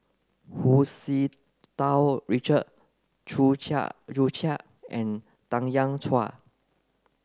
Hu Tsu Tau Richard Chew Chiat and Tanya Chua